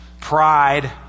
pride